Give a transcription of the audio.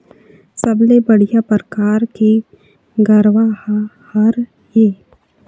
सबले बढ़िया परकार के गरवा का हर ये?